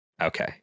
Okay